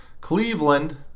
Cleveland